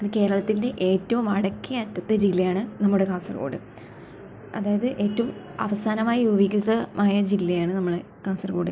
കേരളത്തിൻ്റെ ഏറ്റവും വടക്കേ അറ്റത്തെ ജില്ലയാണ് നമ്മുടെ കാസർഗോട് അതായത് ഏറ്റവും അവസാനമായി രൂപീകൃതമായ ജില്ലയാണ് നമ്മളെ കാസർഗോട്